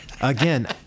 Again